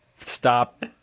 Stop